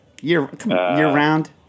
Year-round